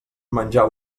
menjar